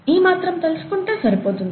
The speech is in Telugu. ఈ మాత్రం తెలుసుకుంటే సరిపోతుంది